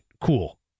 cool